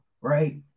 right